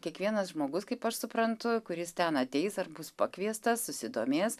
kiekvienas žmogus kaip aš suprantu kuris ten ateis ar bus pakviestas susidomės